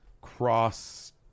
cross